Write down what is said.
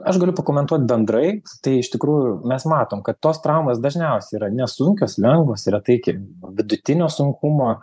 aš galiu pakomentuot bendrai tai iš tikrųjų mes matom kad tos traumos dažniausiai yra nesunkios lengvos retai iki vidutinio sunkumo